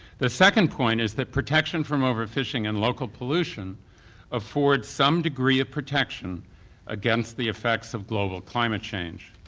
the second point is that protection from overfishing and local pollution affords some degree of protection against the effects of global climate change.